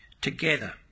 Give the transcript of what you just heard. together